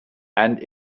and